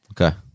Okay